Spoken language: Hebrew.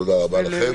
תודה רבה לכם.